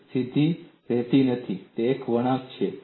તે સીધી રેખા નથી તે એક વળાંક છે